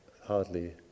Hardly